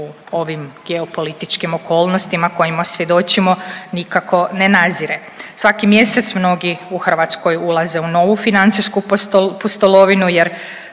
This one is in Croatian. u ovim geopolitičkim okolnostima kojima svjedočimo nikako ne nazire. Svaki mjesec mnogi u Hrvatskoj ulaze u novu financijsku pustolovinu,